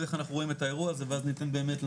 איך אנחנו רואים את האירוע הזה ואז ניתן באמת,